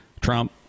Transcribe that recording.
Trump